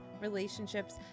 relationships